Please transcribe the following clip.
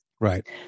Right